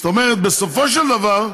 זאת אומרת, בסופו של דבר,